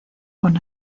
con